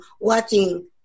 watching